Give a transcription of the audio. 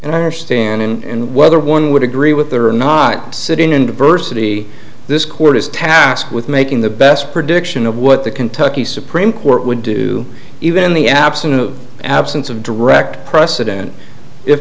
and i understand and whether one would agree with there or not sitting in diversity this court is tasked with making the best prediction of what the kentucky supreme court would do even in the absence of absence of direct precedent if